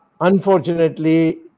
Unfortunately